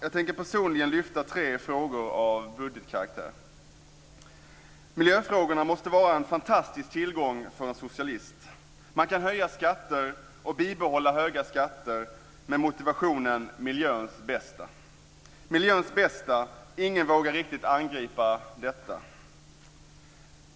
Jag tänker personligen lyfta fram tre frågor av budgetkaraktär. Miljöfrågorna måste vara en fantastisk tillgång för en socialist. Man kan höja skatter och bibehålla höga skatter med motiveringen att det är för miljöns bästa. Miljöns bästa - ingen vågar riktigt angripa detta.